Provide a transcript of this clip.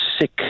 sick